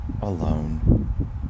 alone